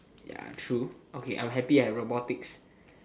ya true okay I'm happy I robotics